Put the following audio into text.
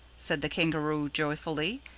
said the kangaroo joyfully,